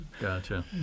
gotcha